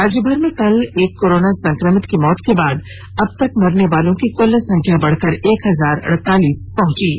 राज्यभर में कल एक कोरोना संक्रमित की मौत के बाद अब तक मरनेवालों की कुल संख्या बढ़कर एक हजार अड़तालीस पहुंच गई है